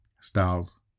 Styles